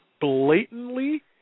blatantly